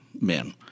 men